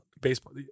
Baseball